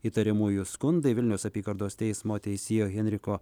įtariamųjų skundai vilniaus apygardos teismo teisėjo henriko